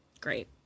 Great